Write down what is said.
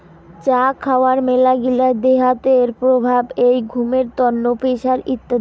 চা খাওয়ার মেলাগিলা দেহাতের প্রভাব হই ঘুমের তন্ন, প্রেসার ইত্যাদি